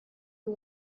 you